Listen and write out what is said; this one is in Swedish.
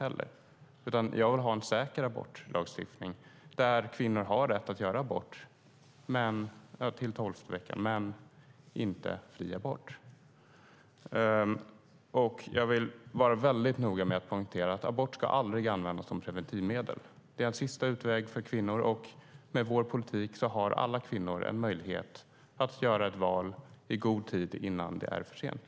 Jag vill ha en lagstiftning för säker abort där kvinnor har rätt att göra abort till tolfte veckan men inte fri abort. Jag vill vara väldigt noga med att poängtera att abort aldrig ska användas som preventivmedel. Det är en sista utväg för kvinnor. Med vår politik har alla kvinnor möjlighet att göra ett val i god tid innan det är för sent.